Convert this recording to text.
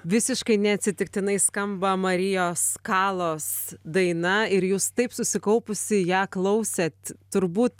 visiškai neatsitiktinai skamba marijos kalos daina ir jūs taip susikaupusi ją klausėt turbūt